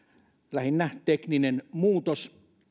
lähinnä tekninen muutos